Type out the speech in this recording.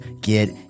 get